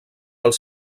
els